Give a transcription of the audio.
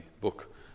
book